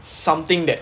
something that